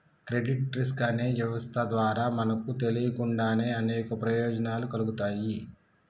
credit risk అనే వ్యవస్థ ద్వారా మనకు తెలియకుండానే అనేక ప్రయోజనాలు కల్గుతాయి